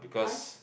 what